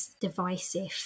divisive